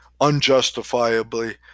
unjustifiably